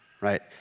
right